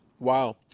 Wow